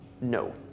No